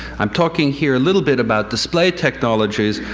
i'm talking here a little bit about display technologies.